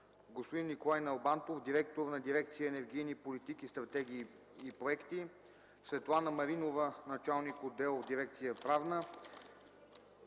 господин Николай Налбантов – директор на дирекция „Енергийни политики, стратегии и проекти”, Светлана Маринова – началник-отдел в дирекция „Правна”,